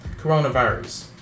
coronavirus